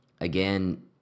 again